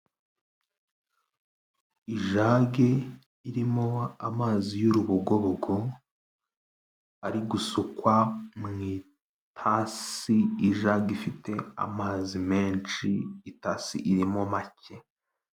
Ijage irimo amazi y'urubogobogo ari gusukwa mu itasi , ijagi ifite amazi menshi, itasi irimo make.